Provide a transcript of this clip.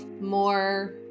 More